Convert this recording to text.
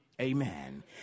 Amen